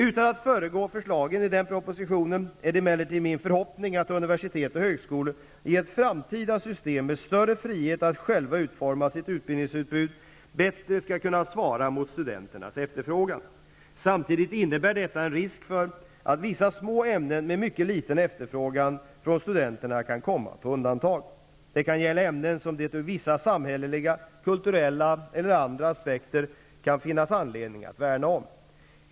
Utan att föregripa förslagen i denna proposition är det emellertid min förhoppning att universitet och högskolor i ett framtida system med större frihet att själva utforma sitt utbildningsutbud bättre skall kunna svara mot studenternas efterfrågan. Samtidigt innebär detta en risk för att vissa små ämnen med mycket liten efterfrågan från studenterna kan komma på undantag. Det kan gälla ämnen som det ur vissa samhälleliga, kulturella eller andra aspekter kan finnas anledning att värna om.